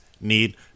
need